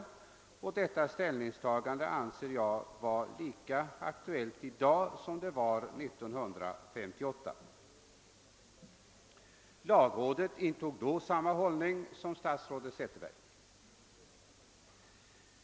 Jag anser detta vara lika aktuellt i dag som det var 1958. Lagrådet intog då samma hållning som statsrådet Zetterberg.